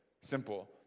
simple